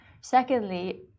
Secondly